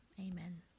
amen